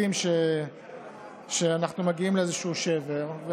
כשאנחנו מגיעים לאיזשהו שבר.